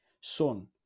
son